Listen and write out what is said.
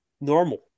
normal